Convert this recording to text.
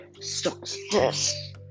success